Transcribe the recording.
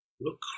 Look